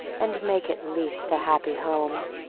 and make at least a happy home.